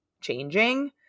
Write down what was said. changing